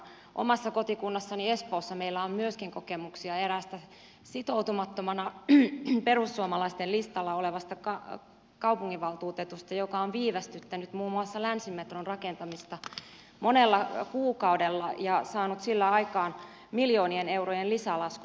omassa kotikunnassani espoossa meillä on kokemuksia eräästä sitoutumattomana perussuomalaisten listalla olevasta kaupunginvaltuutetusta joka on viivästyttänyt muun muassa länsimetron rakentamista monella kuukaudella ja saanut sillä aikaan miljoonien eurojen lisälaskun